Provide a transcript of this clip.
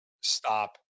stop